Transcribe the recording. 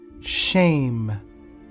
shame